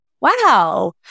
Wow